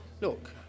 look